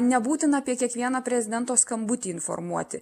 nebūtina apie kiekvieną prezidento skambutį informuoti